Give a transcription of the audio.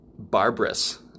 Barbarous